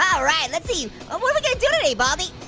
um alright let's see, ah what are we gonna do today baldy?